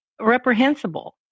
reprehensible